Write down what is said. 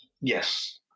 Yes